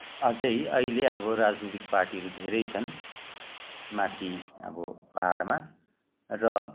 अझै अहिले अब राजनीतिक पार्टीहरू धेरै छन् माथि अब पाहाडमा र